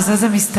בזה זה מסתיים.